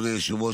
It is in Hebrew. אדוני היושב-ראש,